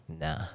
nah